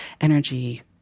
energy